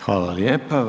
Hvala lijepo.